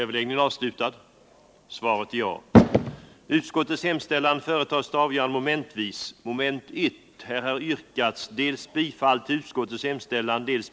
Herr talman! Det Inga Lantz säger om § 34-möjligheterna låter bestickande.